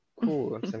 Cool